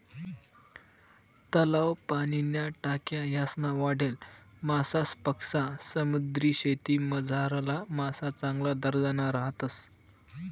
तलाव, पाणीन्या टाक्या यासमा वाढेल मासासपक्सा समुद्रीशेतीमझारला मासा चांगला दर्जाना राहतस